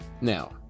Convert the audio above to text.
Now